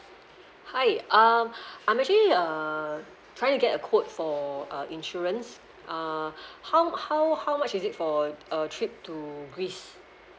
hi um I'm actually uh try to get a quote for a insurance uh how how how much is it for a trip to greece